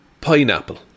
Pineapple